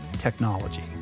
technology